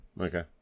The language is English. okay